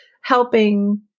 helping